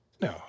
No